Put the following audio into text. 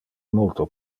multo